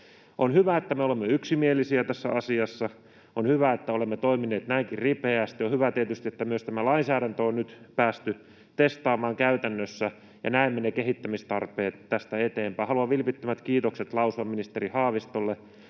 On hyvä, että me olemme yksimielisiä tässä asiassa. On hyvä, että olemme toimineet näinkin ripeästi. On hyvä tietysti, että myös tämä lainsäädäntö on nyt päästy testaamaan käytännössä ja näemme ne kehittämistarpeet tästä eteenpäin. Haluan vilpittömät kiitokset lausua ministeri Haavistolle